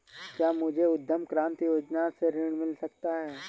क्या मुझे उद्यम क्रांति योजना से ऋण मिल सकता है?